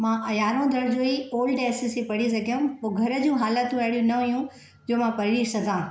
मां यारहों दर्जो ओल्ड एस एस सी पढ़ी सघियमि पोइ घर जूं हालातूं अहिड़ी न हुयूं जो मां पढ़ी सघां